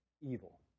evil